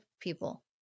people